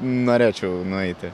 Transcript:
norėčiau nueiti